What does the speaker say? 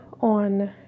on